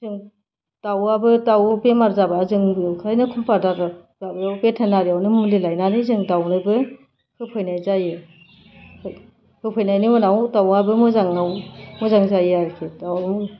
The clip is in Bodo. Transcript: दाउआबो दाउ बेमार जाबा जों ओंखायनो कम्पाउन्डारफोराबो भेटेरिनारियावनो मुलि लायनानै जों दाउनोबो होफैनाय जायो होफैनायनि उनाव दाउआबो मोजांनाव मोजां जायो आरोखि दाउआबो